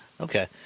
Okay